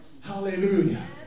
Hallelujah